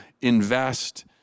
invest